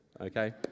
Okay